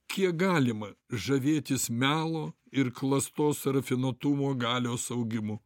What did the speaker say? kiek galima žavėtis melo ir klastos rafinuotumo galios augimu